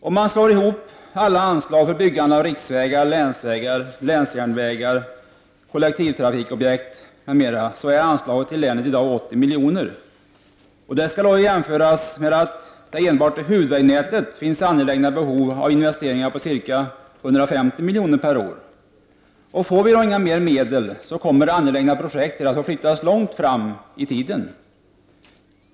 Om man slår ihop alla anslag för byggande av riksvägar, länsvägar, länsjärnvägar och kollektivtrafikobjekt, finner man att anslagen till länet uppgår till ca 80 milj.kr. Det skall jämföras med att det enbart på huvudvägnätet finns behov av angelägna investeringar för ca 150 milj.kr. per år. Får vi inte mer medel kommer angelägna projekt att få flyttas långt fram i tiden.